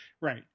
right